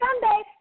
Sunday